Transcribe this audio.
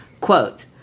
quote